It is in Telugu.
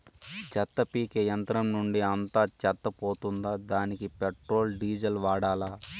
చెత్త పీకే యంత్రం నుండి అంతా చెత్త పోతుందా? దానికీ పెట్రోల్, డీజిల్ వాడాలా?